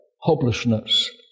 hopelessness